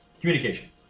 communication